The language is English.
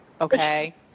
okay